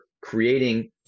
creating